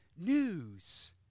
news